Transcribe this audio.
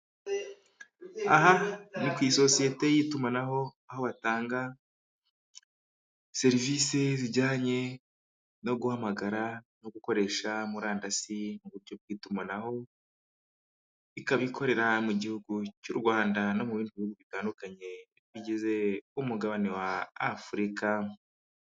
Aha ni ku isosiyete y'itumanaho aho batanga serivisi zijyanye no guhamagara no gukoresha murandasi mu buryo bw'itumanaho, ikabi ikorera mu gihugu cy'u Rwanda no mu bihugu bitandukanye bigize umugabane wa Afurika.